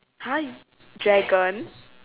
!huh! dragon